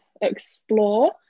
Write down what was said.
explore